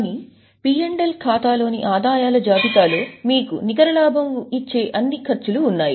కానీ P L ఖాతాలోని ఆదాయాల జాబితా లో మీకు నికర లాభం ఇచ్చే అన్ని ఖర్చులు ఉన్నాయి